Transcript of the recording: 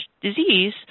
disease